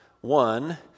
one